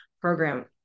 program